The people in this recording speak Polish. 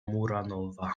muranowa